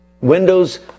Windows